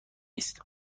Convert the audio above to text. است